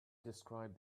described